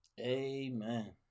Amen